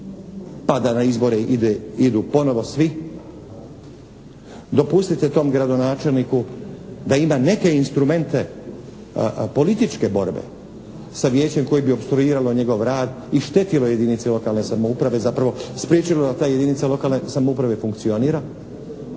pa da na izbore ide, idu ponovo svi. Dopustite tom gradonačelniku da ima neke instrumente političke borbe sa vijećem koje bi opstruiralo njegov rad i štetilo jedinice lokalne samouprave. Zapravo spriječilo da ta jedinica lokalne samouprave funkcionira.